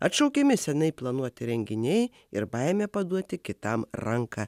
atšaukiami seniai planuoti renginiai ir baimė paduoti kitam ranką